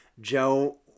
joe